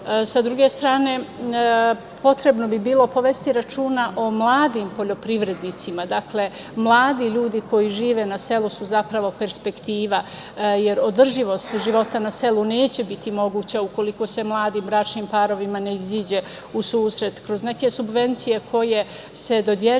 druge strane, potrebno bi bilo povesti računa o mladim poljoprivrednicima. Mladi ljudi koji žive na selu su zapravo perspektiva, jer održivost života na selu neće biti moguća ukoliko se mladi bračnim parovima ne izađe u susret kroz neke subvencije koje se dodeljuju